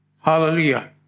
Hallelujah